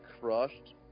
crushed